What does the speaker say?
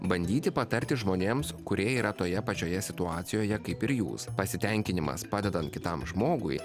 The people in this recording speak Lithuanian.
bandyti patarti žmonėms kurie yra toje pačioje situacijoje kaip ir jūs pasitenkinimas padedant kitam žmogui